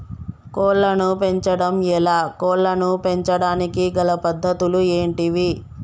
కోళ్లను పెంచడం ఎలా, కోళ్లను పెంచడానికి గల పద్ధతులు ఏంటివి?